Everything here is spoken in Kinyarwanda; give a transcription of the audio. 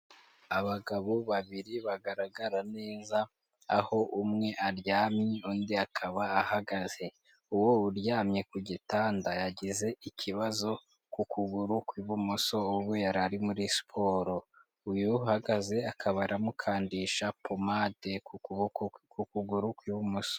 Abagabo babiri bagaragara neza aho umwe aryamye undi akaba ahagaze, uwo uryamye ku gitanda yagize ikibazo ku kuguru kw'ibumoso ubwo yarari muri siporo, uyu uhagaze akaba aramukandisha pomade ku kuboko k'ukuguru kw'ibumoso.